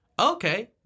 okay